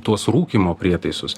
tuos rūkymo prietaisus